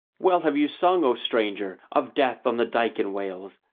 well have you sung, o stranger, of death on the dyke in wales,